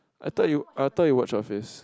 I thought you I thought it was Shaffiz